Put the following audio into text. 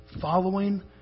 following